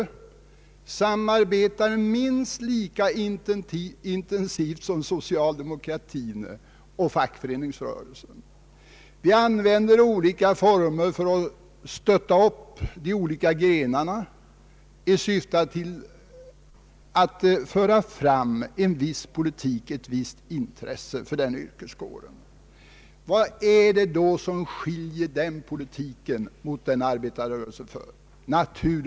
De samarbetar lika intensivt som socialdemokratin och <fackföreningsrörelsen, och de använder samma former för att stötta upp varandra, i syfte att föra fram en viss politik och hävda ett visst intresse för en yrkeskår. Vad är det som skiljer den politiken från den arbetarrörelsen för.